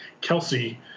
Kelsey